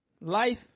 life